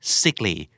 sickly